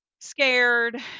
scared